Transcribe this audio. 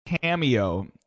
cameo